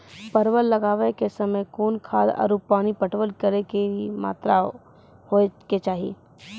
परवल लगाबै के समय कौन खाद आरु पानी पटवन करै के कि मात्रा होय केचाही?